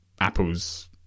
Apple's